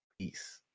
peace